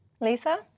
lisa